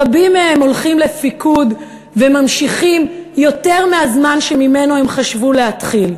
רבים מהם הולכים לפיקוד וממשיכים לשרת יותר מהזמן שהם חשבו בהתחלה.